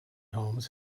homes